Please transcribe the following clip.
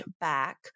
back